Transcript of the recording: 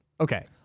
Okay